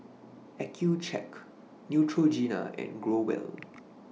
Accucheck Neutrogena and Growell